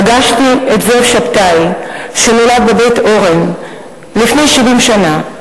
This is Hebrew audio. פגשתי את זאב שבתאי, שנולד בבית-אורן לפני 70 שנה.